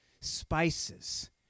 spices